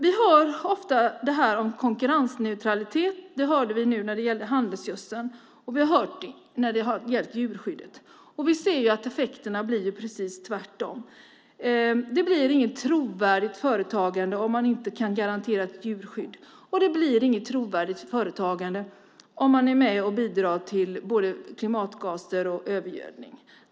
Vi hör ofta talas om konkurrensneutralitet. Det hörde vi nu när det gällde handelsgödseln, och vi har hört det när det har gällt djurskyddet. Vi ser att effekterna blir precis tvärtom. Det blir inget trovärdigt företagande om man inte kan garantera ett djurskydd. Det blir inget trovärdigt företagande om man är med och bidrar till både klimatgaser och övergödning.